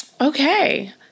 Okay